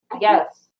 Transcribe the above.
Yes